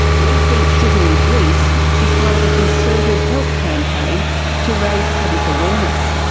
rethink sugary drinks is part of a concerted health campaign to raise public awareness,